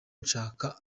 nshaka